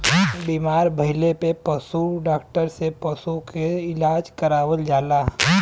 बीमार भइले पे पशु डॉक्टर से पशु के इलाज करावल जाला